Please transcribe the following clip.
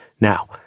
Now